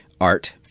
Art